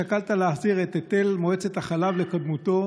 שקלת להחזיר את היטל מועצת החלב לקדמותו,